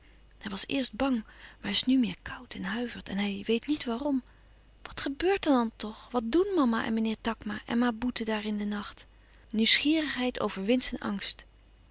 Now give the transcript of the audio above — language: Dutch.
hij was eerst bang maar is nu meer koud en huivert en hij weet niet waarom wat gebeurt er dan toch wat doen mama en meneer takma en ma boeten daar in den nacht nieuwsgierigheid overwint zijn angst